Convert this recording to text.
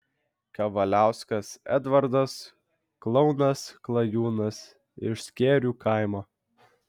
kavaliauskas edvardas klounas klajūnas iš skėrių kaimo